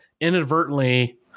inadvertently